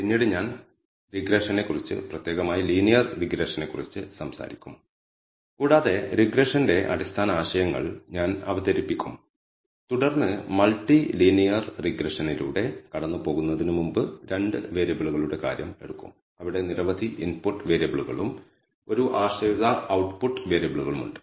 പിന്നീട് ഞാൻ റിഗ്രെഷനെ കുറിച്ച് പ്രത്യേകമായി ലീനിയർ റിഗ്രെഷനെ കുറിച്ച് സംസാരിക്കും കൂടാതെ റിഗ്രഷന്റെ അടിസ്ഥാന ആശയങ്ങൾ ഞാൻ അവതരിപ്പിക്കും തുടർന്ന് മൾട്ടി ലീനിയർ റിഗ്രഷനിലൂടെ കടന്നുപോകുന്നതിന് മുമ്പ് 2 വേരിയബിളുകളുടെ കാര്യം എടുക്കും അവിടെ നിരവധി ഇൻപുട്ട് വേരിയബിളുകളും ഒരു ആശ്രിത ഔട്ട്പുട്ട് വേരിയബിളുമുണ്ട്